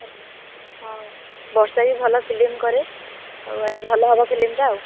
ହଉ ବର୍ଷା ବି ଭଲ ଫିଲ୍ମ କରେ ଆଉ ଆଜି ଭଲ ହବ ଫିଲ୍ମଟା ଆଉ